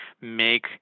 make